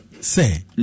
say